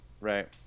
Right